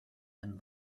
and